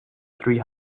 three